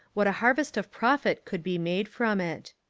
what a harvest of profit could be made from it.